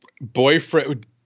Boyfriend